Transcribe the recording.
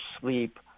sleep